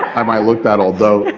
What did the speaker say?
i might look that old,